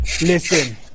listen